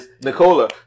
Nicola